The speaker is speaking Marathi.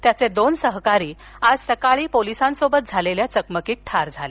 त्याचे दोन सहकारी आज सकाळी पोलीसांसोबत झालेल्या चकमकीत ठार झाले